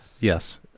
Yes